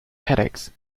headaches